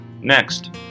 Next